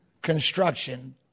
construction